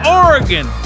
oregon